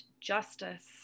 justice